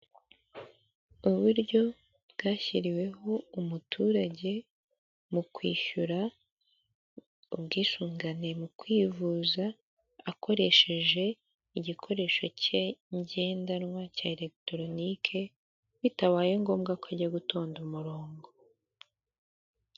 Uburyo bwashyiriweho umuturage, mu kwishyura ubwisungane mu kwivuza akoresheje igikoresho cye ngendanwa cya eregitoronike, bitabaye ngombwa ko ajya gutonda umurongo.